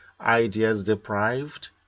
ideas-deprived